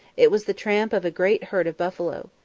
it was the tramp of a great herd of buffalo.